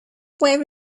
where